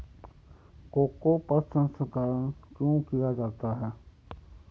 Cocoa प्रसंस्करण क्यों किया जाता है?